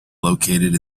located